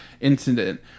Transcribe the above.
incident